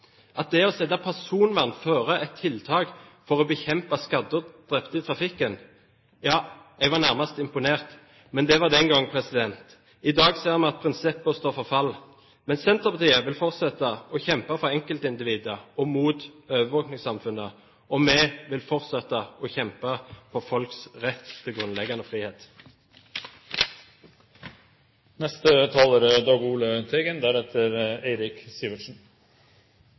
være så prinsippfast, sette personvern foran et tiltak for å bekjempe skadde og drepte i trafikken. Ja, jeg var nærmest imponert – men det var den gangen. I dag ser vi at prinsipper står for fall. Men Senterpartiet vil fortsette å kjempe for enkeltindividet og mot overvåkningssamfunnet, og vi vil fortsette å kjempe for folks rett til